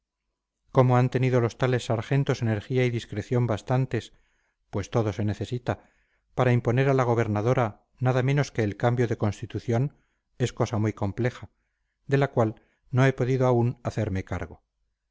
cómo han tenido los tales sargentos energía y discreción bastantes pues todo se necesita para imponer a la gobernadora nada menos que el cambio de constitución es cosa muy compleja de la cual no he podido aún hacerme cargo